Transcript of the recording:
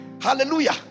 Hallelujah